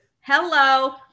hello